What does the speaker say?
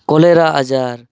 ᱠᱚᱞᱮᱨᱟ ᱟᱡᱟᱨ